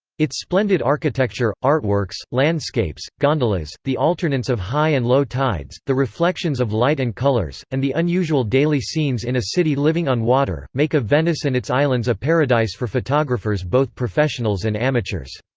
its splendid architecture, artworks, landscapes, gondolas, the alternance of high and low tides, the reflections of light and colors, and the unusual daily scenes in a city living on water, make of venice and its islands a paradise for photographers both professionals and amateurs.